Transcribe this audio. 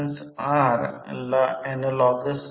सर्व काही येथे लिहिलेले आहे